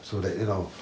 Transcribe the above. so that you know